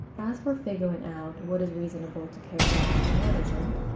as for figuring out what is reasonable to care about and what isn't,